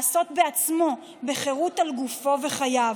בעצמו בחירות על גופו וחייו.